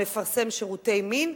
המפרסם שירותי מין,